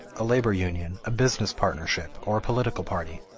a labor union, a business partnership, or a political party.